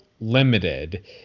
limited